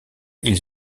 ils